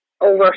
over